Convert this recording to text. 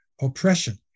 oppression